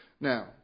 Now